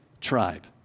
tribe